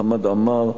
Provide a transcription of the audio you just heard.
חמד עמאר,